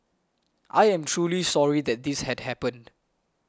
I am truly sorry that this had happened